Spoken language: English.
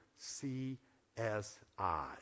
C-S-I